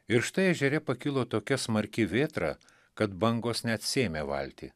ir štai ežere pakilo tokia smarki vėtra kad bangos net sėmė valtį